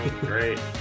great